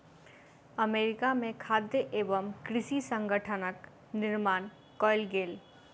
America में खाद्य एवं कृषि संगठनक निर्माण कएल गेल